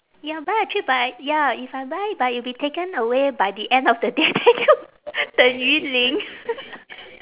ya buy actually but I ya if I buy but it will be taken away by the end of the day then 等于零：deng yu ling